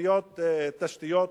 ובתוכניות תשתית.